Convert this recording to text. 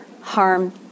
harm